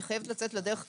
היא חייבת לצאת לדרך כרגע.